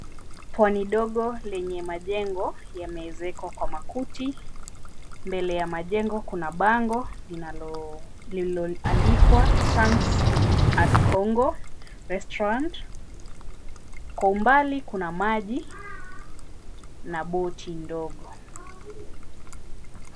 Pwani dogo lenye majengo, yameezekwa kwa makuti. Mbele ya majengo kuna bango lililoandikwa, "Sands at Kongo Restaurant." Kwa umbali kuna maji, na boti ndogo.